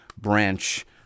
branch